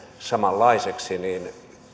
samanlaiseksi niin